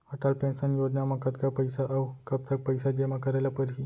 Atal pension योजना म कतका पइसा, अऊ कब तक पइसा जेमा करे ल परही?